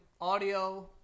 audio